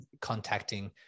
contacting